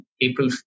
April